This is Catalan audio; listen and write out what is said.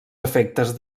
efectes